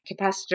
capacitor